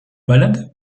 balade